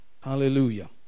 hallelujah